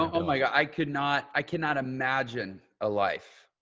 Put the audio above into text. um like i could not. i cannot imagine a life.